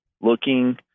looking